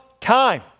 time